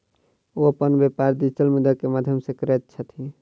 ओ अपन व्यापार डिजिटल मुद्रा के माध्यम सॅ करैत छथि